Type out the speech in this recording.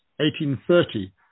1830